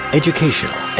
educational